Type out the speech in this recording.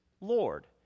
Lord